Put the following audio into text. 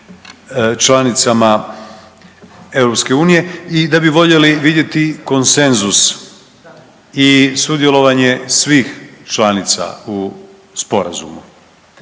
članicama EU i da bi voljeli vidjeti konsenzus i sudjelovanje svih članica u sporazumu.